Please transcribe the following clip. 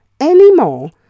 anymore